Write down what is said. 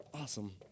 Awesome